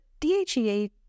DHEA